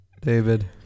david